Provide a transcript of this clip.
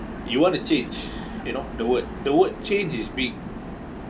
you want to change you know the word the word change is big